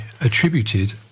attributed